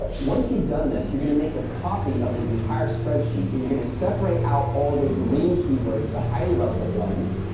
ah once you've done this, you're going to make a copy of this entire spreadsheet, and you're going to separate out all the green keywords, the highly relevant ones,